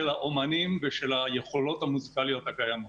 האומנים ושל היכולות המוסיקליות הקיימות.